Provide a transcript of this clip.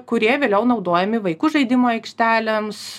kurie vėliau naudojami vaikų žaidimų aikštelėms